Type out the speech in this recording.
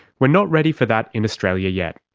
we're not ready for that in australia yet.